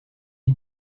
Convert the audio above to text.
pic